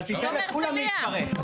אבל תיתן לכולם להתפרץ,